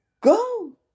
go